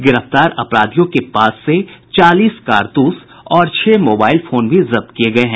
गिरफ्तार अपराधियों के पास से चालीस कारतूस और छह मोबाईल भी जब्त किये गये हैं